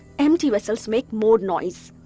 empty vessels make more noise.